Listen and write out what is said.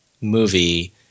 movie